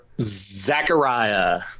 Zachariah